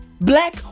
Black